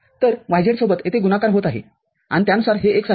तर yz सोबत येथे गुणाकार होत आहे आणि त्यानुसार हे x आहे